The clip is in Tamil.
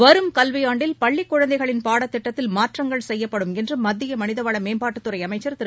வரும் கல்வியாண்டில் பள்ளிக் குழந்தைகளின் பாடத் திட்டத்தில் மாற்றங்கள் செய்யப்படும் என்று மத்திய மனிதவள மேம்பாட்டுத்துறை அமைச்சர் திரு